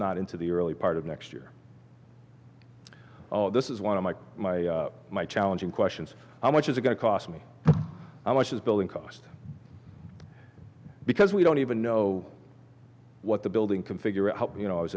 not into the early part of next year oh this is one of my my my challenging questions how much is going to cost me how much is building cost because we don't even know what the building can figure out you know i